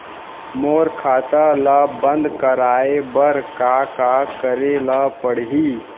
मोर खाता ल बन्द कराये बर का का करे ल पड़ही?